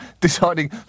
deciding